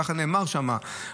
כך נאמר שם,